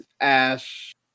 Ash